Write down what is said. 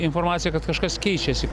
informacija kad kažkas keičiasi